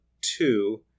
two